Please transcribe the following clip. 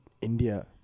India